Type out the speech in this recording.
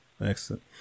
Excellent